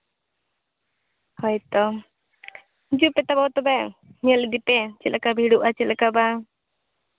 ᱦᱳᱭ ᱛᱚ ᱦᱤᱡᱩᱜ ᱯᱮ ᱛᱟᱵᱚ ᱛᱚᱵᱮ ᱧᱮᱞ ᱤᱫᱤ ᱯᱮ ᱪᱮᱫᱞᱮᱠᱟ ᱵᱷᱤᱲᱚᱜᱼᱟ ᱪᱮᱫᱞᱮᱠᱟ ᱵᱟᱝ